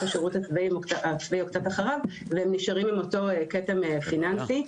השירות הצבאי או קצת אחריו והם נשארים עם אותו כתם פיננסי.